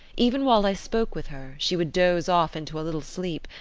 even while i spoke with her, she would doze off into a little sleep,